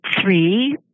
three